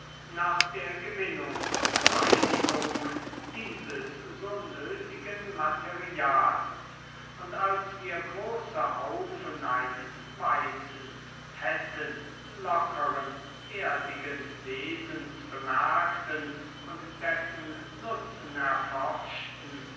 nach der gewinnung und reinigung dieses so nötigen materials und als wir große haufen eines weißen fetten lockeren erdigen wesens bemerkten und dessen nutzen erforschten